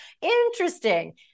interesting